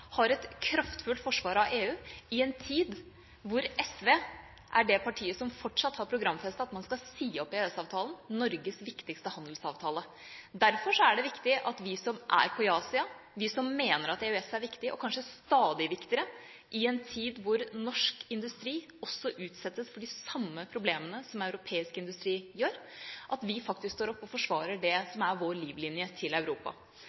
har et kraftfullt forsvar av EU, i en tid da SV er det partiet som fortsatt har programfestet at man skal si opp EØS-avtalen, Norges viktigste handelsavtale. Derfor er det viktig at vi som er på ja-sida, vi som mener at EØS er viktig, og kanskje stadig viktigere i en tid da norsk industri også utsettes for de samme problemene som europeisk industri gjør, faktisk står opp og forsvarer det som er vår livlinje til Europa.